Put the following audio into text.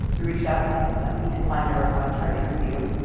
we reached out to him, but he declined our request for an interview.